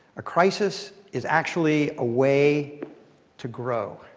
a crisis is actually a way to grow.